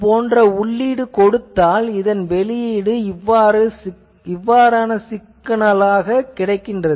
இது போன்ற உள்ளீடு கொடுத்தால் இதன் வெளியீடு இவ்வாறான சிக்னலாக இருக்கும்